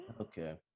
okay